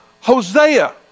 Hosea